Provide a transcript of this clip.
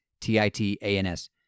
T-I-T-A-N-S